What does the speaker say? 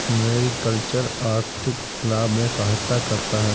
mariculture आर्थिक लाभ में सहायता करता है